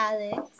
Alex